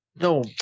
No